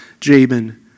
Jabin